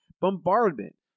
Bombardment